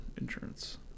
insurance